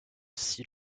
aussi